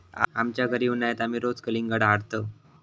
आमच्या घरी उन्हाळयात आमी रोज कलिंगडा हाडतंव